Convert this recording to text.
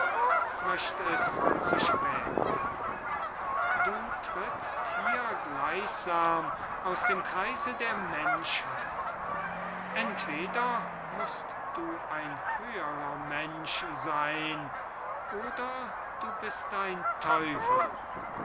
möchte es zu spät seyn du trittst hier gleichsam aus dem kreise der menschheit entweder must du ein höherer mensch seyn oder du bist ein teufel